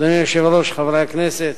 אדוני היושב-ראש, חברי הכנסת,